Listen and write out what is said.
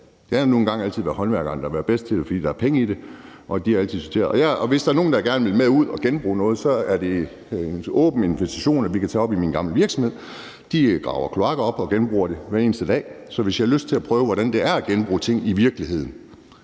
Det har nu engang altid været håndværkerne, der har været bedst til det, fordi der er penge i det. Hvis der er nogle, der gerne vil ud og se, hvordan man genbruger noget, så er der en åben invitation til, at vi kan tage op i min gamle virksomhed. De graver kloakker op og genbruger materialerne hver eneste dag, så hvis I har lyst til at prøve at se, hvordan det er at genbruge ting i virkeligheden,